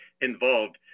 involved